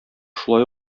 шулай